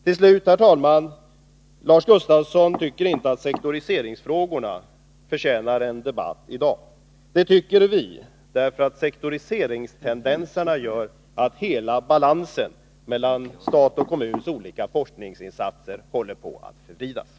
Till slut, herr talman: Lars Gustafsson tycker inte att sektoriseringsfrågorna förtjänar en debatt i dag. Det tycker vi. Sektoriseringstendenserna gör nämligen att balansen mellan de olika forskningsinsatserna från statens sida håller på att gå förlorad.